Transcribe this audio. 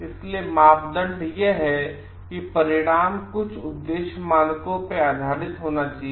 इसलिए मापदंड यह है कि परिणाम कुछ उद्देश्य मानकों पर आधारित होना चाहिए